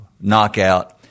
knockout